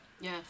Yes